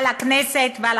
על הכנסת ועל